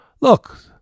look